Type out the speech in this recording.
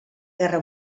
guerra